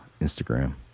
Instagram